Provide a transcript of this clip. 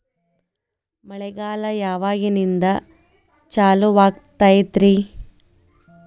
ಮಳೆಗಾಲ ಯಾವಾಗಿನಿಂದ ಚಾಲುವಾಗತೈತರಿ?